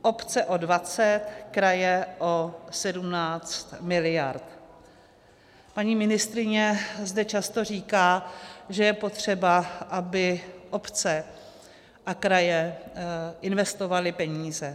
Obce o 20, kraje o 17 mld. Paní ministryně zde často říká, že je potřeba, aby obce a kraje investovaly peníze.